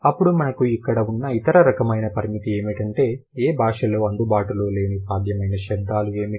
అప్పుడు మనకు ఇక్కడ ఉన్న ఇతర రకమైన పరిమితి ఏమిటంటే ఏ భాషలో అందుబాటులో లేని సాధ్యమైన శబ్దాలు ఏమిటి